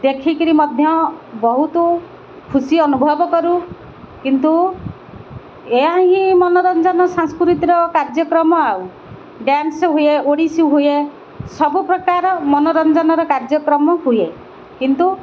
ଦେଖିକିରି ମଧ୍ୟ ବହୁତ ଖୁସି ଅନୁଭବ କରୁ କିନ୍ତୁ ଏହା ହିଁ ମନୋରଞ୍ଜନ ସାଂସ୍କୃତିର କାର୍ଯ୍ୟକ୍ରମ ଆଉ ଡ୍ୟାନ୍ସ ହୁଏ ଓଡ଼ିଶୀ ହୁଏ ସବୁପ୍ରକାର ମନୋରଞ୍ଜନର କାର୍ଯ୍ୟକ୍ରମ ହୁଏ କିନ୍ତୁ